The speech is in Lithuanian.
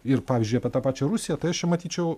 ir pavyzdžiui apie tą pačią rusiją tai aš čia matyčiau